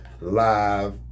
live